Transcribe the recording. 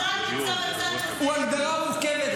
זה הגדרה מורכבת,